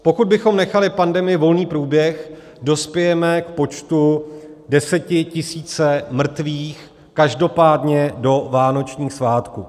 Pokud bychom nechali pandemii volný průběh, dospěje k počtu 10 tisíc mrtvých, každopádně do vánočních svátků.